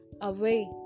away